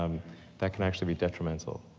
um that can actually be detrimental.